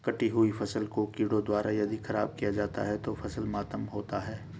कटी हुयी फसल को कीड़ों द्वारा यदि ख़राब किया जाता है तो फसल मातम होता है